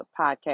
podcast